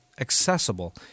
accessible